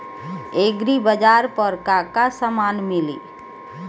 एग्रीबाजार पर का का समान मिली?